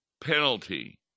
penalty